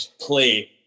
play